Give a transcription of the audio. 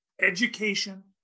education